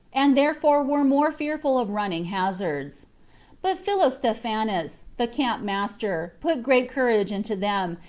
and therefore were more fearful of running hazards but philostephanus, the camp-master, put great courage into them,